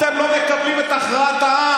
אתם לא מקבלים את הכרעת העם.